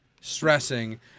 stressing